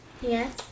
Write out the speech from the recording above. Yes